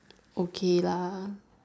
okay lah